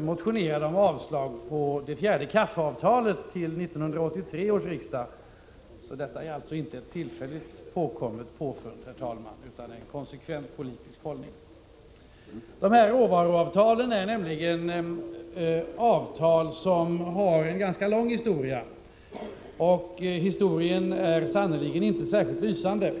motionerade om avslag på det fjärde kaffeavtalet till 1983 års riksmöte, så detta är inte ett tillfälligt påkommet påfund utan en konsekvent politisk hållning. Råvaruavtalen har en ganska lång historia, men historien är sannerligen inte särskilt lysande.